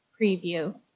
preview